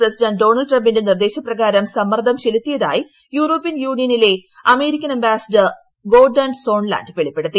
president ഡൊണൾഡ്ട്രംപിന്റെ നിർദ്ദേശ പ്രകാരം സമ്മർദ്ദം ചെലുത്തിയതായി യൂറോപ്യൻ യൂണിയനിലെ അമേരിക്കൻ അംബാസിഡർ ഗോർഡൻ സോൺലാന്റ് വെളിപ്പെടുത്തി